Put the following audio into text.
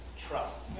trust